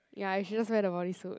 ya you should just wear the bodysuit